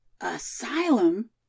Asylum